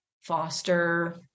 Foster